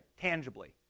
tangibly